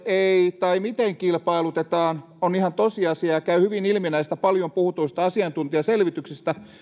ei tai miten kilpailutetaan on ihan tosiasia ja käy hyvin ilmi näistä paljon puhutuista asiantuntijaselvityksistä